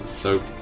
so,